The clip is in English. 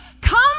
come